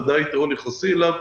בוודאי יתרון יחסי אליו.